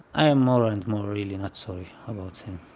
i am more and more really not sorry about him